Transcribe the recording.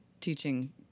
teaching